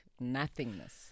nothingness